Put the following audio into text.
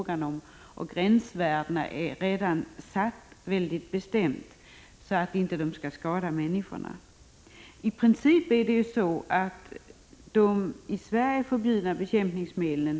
Gränsvärdena är också satta så att dessa rester inte skadar människor. I princip tillämpas samma regler för importerade livsmedel som för svenska livsmedel.